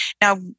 Now